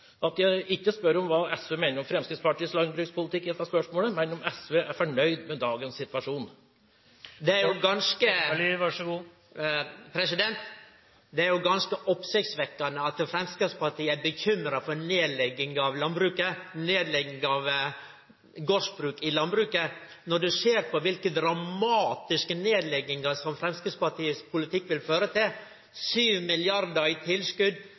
at jeg i dette spørsmålet ikke spør om hva SV mener om Fremskrittspartiets landbrukspolitikk, men om hvorvidt SV er fornøyd med dagens situasjon. Det er ganske oppsiktsvekkjande at Framstegspartiet er bekymra for nedlegging av gardsbruk i landbruket når ein ser på kva for dramatiske nedleggingar Framstegspartiets politikk vil føre til – med 7 mrd. kr mindre i